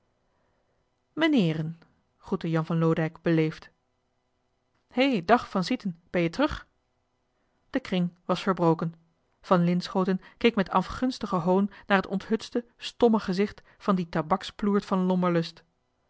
meneeren groette jan van loodijck beleefd hé dag van sieten ben je terug de kring was verbroken van linschooten keek met afgunstigen hoon naar het onthutste stomme gezicht van dien tabaksploert van lommerlust